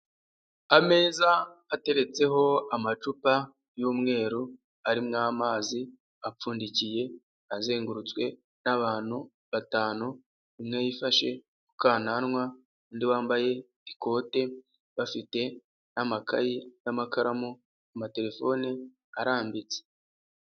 Ameza ateretseho amacupa y'umweru arimo amazi apfundikiye azengurutswe n'abantu batanu umwe yifashe kukananwa undi wambaye ikote bafite n'amakayi n'amakaramu amatelefoni arambitse.